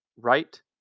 right